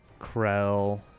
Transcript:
Krell